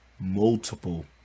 multiple